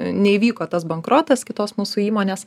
neįvyko tas bankrotas kitos mūsų įmonės